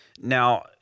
Now